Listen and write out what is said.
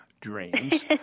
dreams